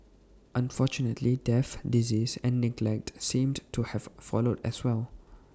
unfortunately death disease and neglect seemed to have followed as well